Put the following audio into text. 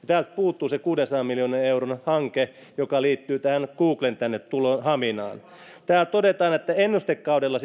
täältä puuttuu se kuudensadan miljoonan euron hanke joka liittyy googlen tuloon haminaan täällä todetaan että ennustekaudella